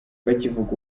bakivuga